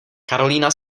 karolína